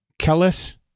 Kellis